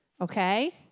Okay